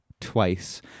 twice